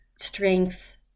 strengths